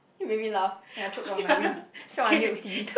you made me laugh then I choke on my wind choke on my milk tea